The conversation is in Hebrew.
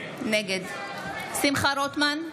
נגד שמחה רוטמן,